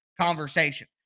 conversation